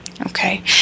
Okay